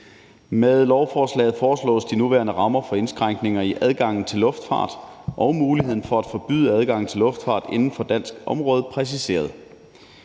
Med lovforslaget foreslås de nuværende rammer for indskrænkninger i adgangen til luftfart og muligheden for at forbyde adgang til luftfart inden for dansk område præciseret.